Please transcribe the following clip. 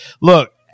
look